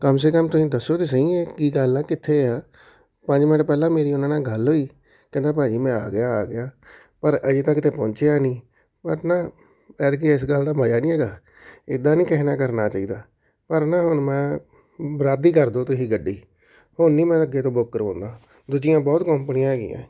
ਕਮ ਸੇ ਕਮ ਤੁਸੀਂ ਦੱਸੋ ਤਾਂ ਸਹੀ ਇਹ ਕੀ ਗੱਲ ਆ ਕਿੱਥੇ ਆ ਪੰਜ ਮਿੰਟ ਪਹਿਲਾਂ ਮੇਰੀ ਉਹਨਾਂ ਨਾਲ ਗੱਲ ਹੋਈ ਕਹਿੰਦਾ ਭਾਅ ਜੀ ਮੈਂ ਆ ਗਿਆ ਆ ਗਿਆ ਪਰ ਅਜੇ ਤੱਕ ਤਾਂ ਪਹੁੰਚਿਆ ਨਹੀਂ ਪਰ ਨਾ ਐਤਕੀ ਇਸ ਗੱਲ ਦਾ ਮਜ਼ਾ ਨਹੀਂ ਹੈਗਾ ਇੱਦਾਂ ਨਹੀਂ ਕਿਸੇ ਨਾਲ ਕਰਨਾ ਚਾਹੀਦਾ ਪਰ ਨਾ ਹੁਣ ਮੈਂ ਬ ਰੱਦ ਹੀ ਕਰ ਦਿਓ ਤੁਸੀਂ ਗੱਡੀ ਹੁਣ ਨਹੀਂ ਮੈਂ ਅੱਗੇ ਤੋਂ ਬੁੱਕ ਕਰਵਾਉਂਦਾ ਦੂਜੀਆਂ ਬਹੁਤ ਕੰਪਨੀਆਂ ਹੈਗੀਆਂ